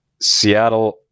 Seattle